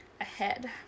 ahead